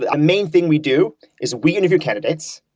ah a main thing we do is we interview candidates,